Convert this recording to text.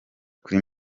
kuri